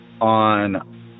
on